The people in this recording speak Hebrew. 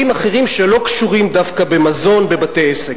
אחרים שלא קשורים דווקא במזון בבתי-עסק.